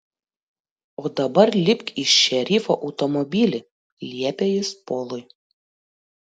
o dabar lipk į šerifo automobilį liepė jis polui